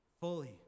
Fully